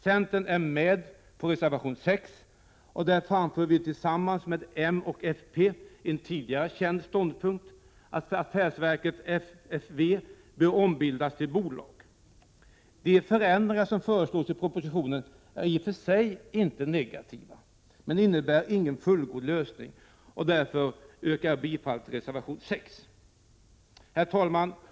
Centern är med på reservation 6. Där framför vi tillsammans med moderaterna och folkpartiet en tidigare känd ståndpunkt, att affärsverket FFV bör ombildas till bolag. De förändringar som föreslås i propositionen är i och för sig inte negativa, men de innebär ingen fullgod lösning. Därför yrkar jag bifall till reservation 6. Herr talman!